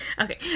Okay